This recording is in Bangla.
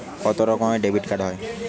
কত রকমের ডেবিটকার্ড হয়?